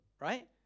right